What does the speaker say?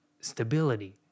stability